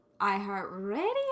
iHeartRadio